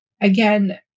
again